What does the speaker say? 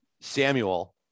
Samuel